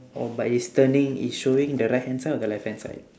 oh but it's turning is showing the right hand side or the left hand side